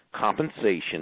compensation